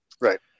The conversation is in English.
Right